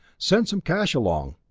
send some cash along,